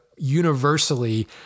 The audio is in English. universally